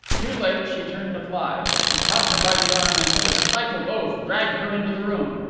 too late, she turned to fly he caught her by the arm and, with a stifled oath, dragged her into the room.